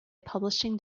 publishing